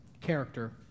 character